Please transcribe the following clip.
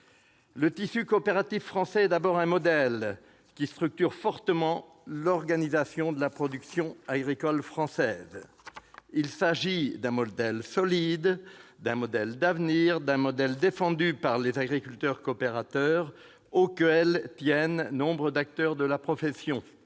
Le tissu coopératif français est d'abord un modèle qui structure fortement l'organisation de la production agricole nationale. Il s'agit d'un modèle solide, d'un modèle d'avenir, d'un modèle défendu par les agriculteurs-coopérateurs, auquel tiennent nombre d'acteurs de la profession.